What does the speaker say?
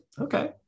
okay